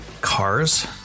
cars